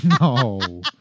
no